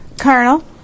Colonel